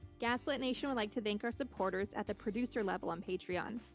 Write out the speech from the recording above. gaslit nation would like to thank our supporters at the producer level on patreon.